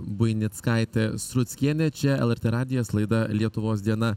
buinickaitė struckienė čia lrt radijas laida lietuvos diena